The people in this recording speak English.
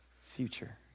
future